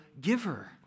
giver